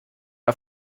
auf